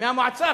מהמועצה הקודמת.